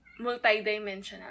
multidimensional